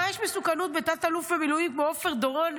איזה מסוכנות יש בתת-אלוף במילואים כמו עפר דורון,